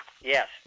yes